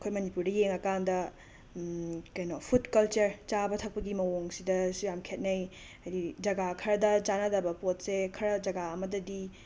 ꯑꯩꯈꯣꯏ ꯃꯅꯤꯄꯨꯔꯗ ꯌꯦꯡꯉꯀꯥꯟꯗ ꯀꯩꯅꯣ ꯐꯨꯗ ꯀꯜꯆꯔ ꯆꯥꯕ ꯊꯛꯄꯒꯤ ꯃꯋꯣꯡꯁꯤꯗꯁꯨ ꯌꯥꯝ ꯈꯦꯠꯅꯩ ꯍꯥꯏꯗꯤ ꯖꯒꯥ ꯈꯔꯗ ꯆꯥꯅꯗꯕ ꯄꯣꯠꯁꯦ ꯈꯔ ꯖꯒꯥ ꯑꯃꯗꯗꯤ